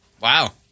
Wow